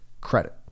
credit